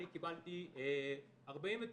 אני קיבלתי 49,